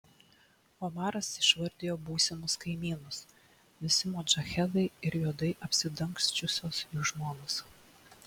omaras išvardijo būsimus kaimynus visi modžahedai ir juodai apsidangsčiusios jų žmonos